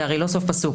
זה הרי לא סוף פסוק,